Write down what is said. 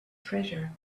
treasure